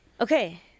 Okay